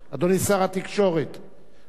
אנחנו היינו כמעט הראשונים בעולם,